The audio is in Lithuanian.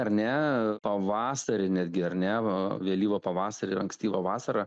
ar ne pavasarį netgi ar ne vėlyvą pavasarį ir ankstyvą vasarą